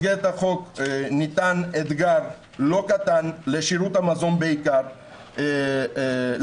ניתן אתגר לא קטן לשירות המזון בעיקר לעשות